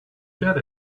get